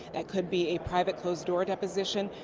that could be a private closed door deposition.